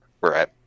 Right